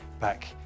back